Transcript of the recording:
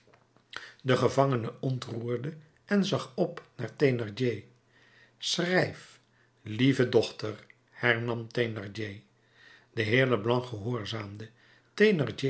de gevangene ontroerde en zag op naar thénardier schrijf lieve dochter hernam thénardier de heer leblanc gehoorzaamde